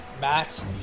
Matt